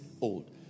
old